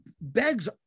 begs